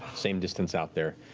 same distance out there.